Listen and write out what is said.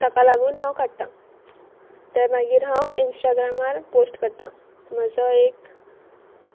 ताका लागून हांव काडटा ते मागीर हांव इंस्टाग्रमार पोस्ट करता म्हजो एक